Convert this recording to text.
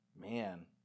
Man